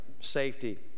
safety